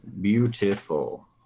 Beautiful